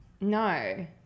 No